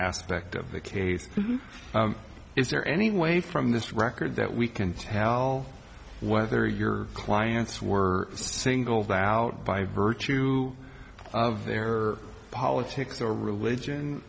aspect of the case is there anyone from this record that we can tell whether your clients were singled out by virtue of their politics or religion